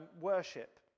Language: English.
worship